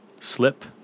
slip